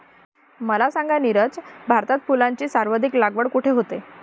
मला सांगा नीरज, भारतात फुलांची सर्वाधिक लागवड कुठे होते?